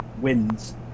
wins